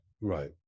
Right